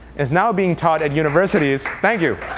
is now being taught at universities thank you.